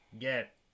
get